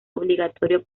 obligatorio